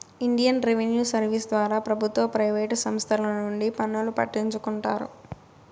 Indian revenue service ద్వారా ప్రభుత్వ private సంస్తల నుండి పన్నులు కట్టించుకుంటారు